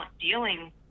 dealing